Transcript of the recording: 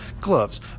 gloves